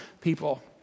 people